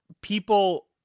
people